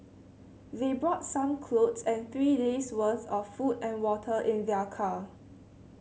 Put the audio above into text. they brought some clothes and three days' worth of food and water in their car